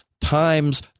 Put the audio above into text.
times